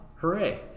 hooray